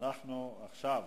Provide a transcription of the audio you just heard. עכשיו נשאל.